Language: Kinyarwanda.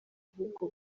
ahubwo